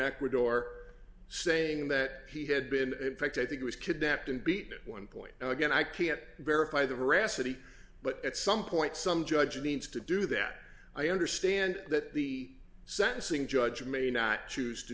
ecuador saying that he had been in fact i think it was kidnapped and beaten one point and again i can't verify the veracity but at some point some judge means to do that i understand that the sentencing judge may not choose to